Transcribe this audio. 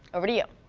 over to you.